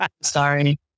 Sorry